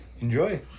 Enjoy